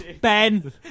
Ben